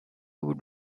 would